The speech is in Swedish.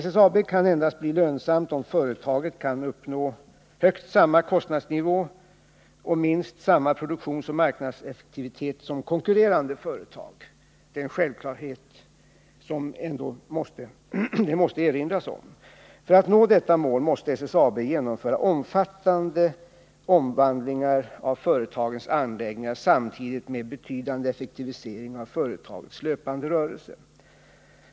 SSAB kan endast bli lönsamt om företaget kan uppnå högst samma kostnadsnivå och minst samma produktionsoch marknadseffektivitet som konkurrerande företag. Det är en självklarhet, men det måste ändå erinras därom. För att nå detta mål måste SSAB genomföra omfattande omvandlingar av företagets anläggningar samtidigt med betydande effektivisering av företagets löpande rörelse.